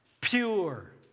pure